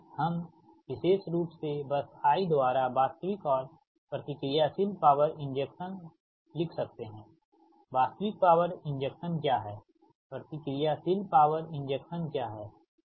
इसलिए हम विशेष रूप से बस i द्वारा वास्तविक और प्रतिक्रियाशील पॉवर इंजेक्शन लिख सकते है वास्तविक पॉवर इंजेक्शन क्या है प्रतिक्रियाशील पॉवर इंजेक्शन क्या है